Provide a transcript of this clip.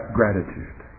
gratitude